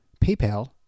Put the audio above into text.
PayPal